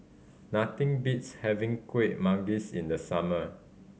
nothing beats having Kuih Manggis in the summer